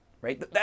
right